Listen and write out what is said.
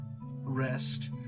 rest